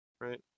right